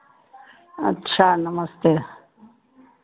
अच्छा नमस्ते